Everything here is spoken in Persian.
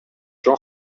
چون